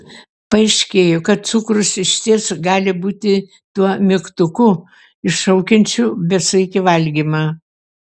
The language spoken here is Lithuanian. paaiškėjo kad cukrus išties gali būti tuo mygtuku iššaukiančiu besaikį valgymą